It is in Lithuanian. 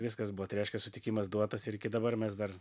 viskas buvo tai reiškia sutikimas duotas ir dabar mes dar